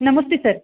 Namaste sir